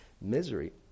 misery